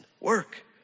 work